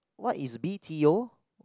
what is B_T_O